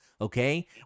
Okay